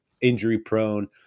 injury-prone